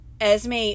Esme